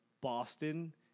Boston